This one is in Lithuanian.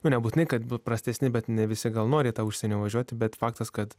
nu nebūtinai kad prastesni bet ne visi gal nori į tą užsienio važiuoti bet faktas kad